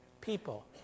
people